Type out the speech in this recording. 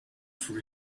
for